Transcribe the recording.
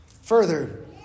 Further